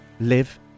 live